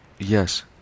yes